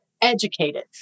educated